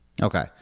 Okay